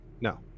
No